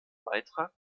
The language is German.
beitrag